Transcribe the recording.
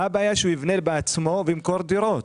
מה הבעיה שהוא יבנה בעצמו וימכור דירות?